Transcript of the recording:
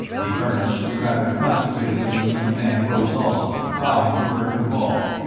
the earnest and rather consecrated-looking young man rose also, bowing to verkan vall.